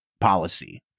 policy